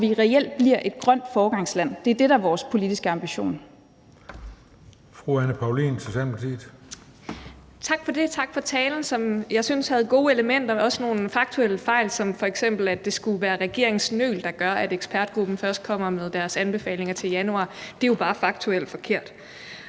så vi reelt bliver et grønt foregangsland. Det er det, der er vores politiske ambition.